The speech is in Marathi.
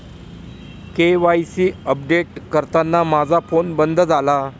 के.वाय.सी अपडेट करताना माझा फोन बंद झाला